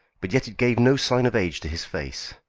but yet it gave no sign of age to his face.